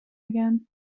again